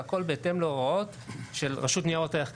והכל בהתאם להוראות של הרשות לניירות ערך כמובן.